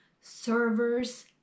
servers